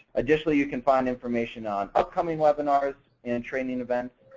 additionally, you can find information on upcoming webinars and training events.